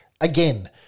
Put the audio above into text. Again